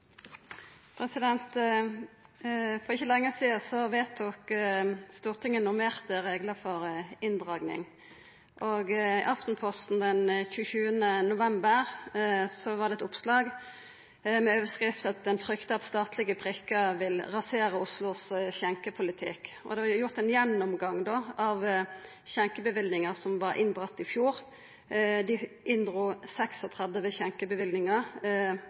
For ikkje lenge sidan vedtok Stortinget normerte reglar for inndraging, og i Aftenposten den 27. november var det eit oppslag med overskrift om at ein frykta at statlege prikkar vil rasera Oslos skjenkepolitikk. Det var gjort ein gjennomgang av skjenkeløyve som vart inndratte i fjor. Dei